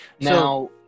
Now